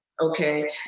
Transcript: okay